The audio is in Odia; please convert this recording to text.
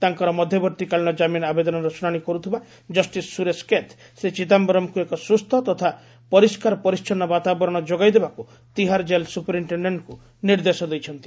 ତାଙ୍କର ମଧ୍ୟବର୍ତ୍ତୀକାଳୀନ କାମିନ୍ ଆବେଦନର ଶୁଣାଣି କର୍ତ୍ଥିବା ଜଷ୍ଟିସ୍ ସୁରେଶ କେତ୍ ଶ୍ରୀ ଚିଦାୟରମ୍ଙ୍କୁ ଏକ ସ୍ୱସ୍ଥ ତଥା ପରିଷ୍କାର ପରିଚ୍ଛନ ବାତାବରଣ ଯୋଗାଇ ଦେବାକୁ ତିହାର ଜେଲ୍ ସୁପରିନ୍ଟେଶ୍ଡେଣ୍ଟଙ୍କୁ ନିର୍ଦ୍ଦେଶ ଦେଇଛନ୍ତି